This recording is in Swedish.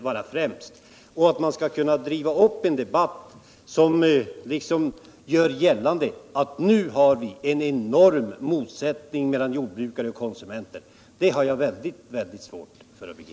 Jag har väldigt svårt att begripa varför man driver upp en debatt där det görs gällande att vi nu har en enorm motsättning mellan jordbrukare och konsumenter.